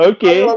Okay